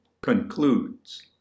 concludes